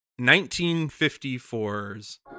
1954's